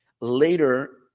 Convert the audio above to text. Later